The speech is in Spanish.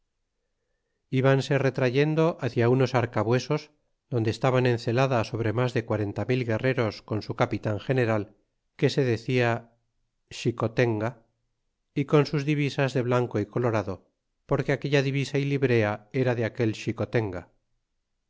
vanse retrayendo cia unos arcabuesos donde estaban en celada sobre mas de quarenta mil guerreros con su capitan general que se decia xicotenga y con sus divisas de blanco y colorado porque aquella divisa y librea era de aquel xicotenga